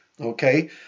okay